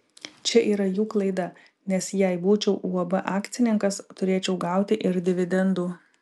čia yra jų klaida nes jei būčiau uab akcininkas turėčiau gauti ir dividendų